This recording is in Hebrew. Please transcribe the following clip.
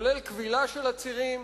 כולל כבילה של עצירים,